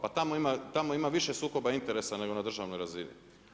Pa tamo ima više sukoba interesa nego na državnoj razini.